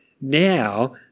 Now